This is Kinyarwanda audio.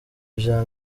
vya